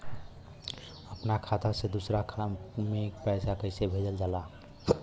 अपना खाता से दूसरा में पैसा कईसे भेजल जाला?